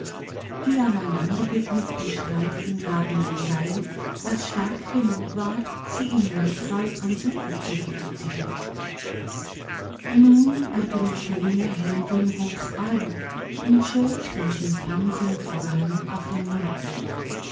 die aneinandergeknüpften streifen gaben ein seil das stark genug war sie im notfall ans ufer zurückzuziehen nun ergriff die junge heldin bobs arm und schob den schimpansen voran auf den morast